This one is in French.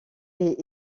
est